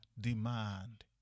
demand